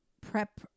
prep